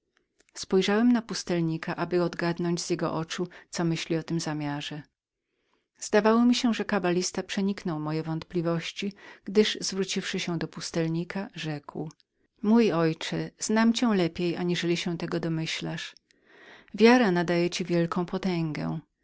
spojrzałem na pustelnika aby odgadnąć z jego oczu co myśli o tym zamiarze zdawało się że kabalista przeniknął moje zamiary gdyż zwróciwszy się do pustelnika rzekł mój ojcze znam cię lepiej aniżeli się tego domyślasz wiara nadaje ci wielką potęgę